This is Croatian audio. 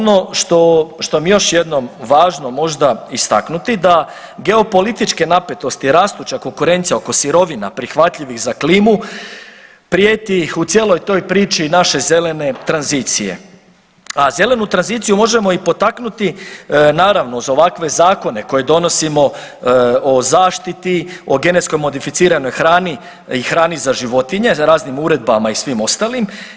Ono, ono što, što mi je još jednom važno možda istaknuti da geopolitičke napetosti i rastuća konkurencija oko sirovina prihvatljivih za klimu prijeti u cijeloj toj priči naše zelene tranzicije, a zelenu tranziciju možemo i potaknuti naravno uz ovakve zakone koje donosimo o zaštiti, o genetski modificiranoj hrani i hrani za životinje sa raznim uredbama i svim ostalim.